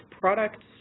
products